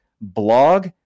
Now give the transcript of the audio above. blog